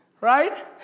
Right